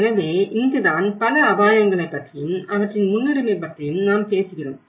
எனவே இங்குதான் பல அபாயங்களை பற்றியும் அவற்றின் முன்னுரிமை பற்றியும் நாம் பேசுகிறோம்